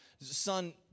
son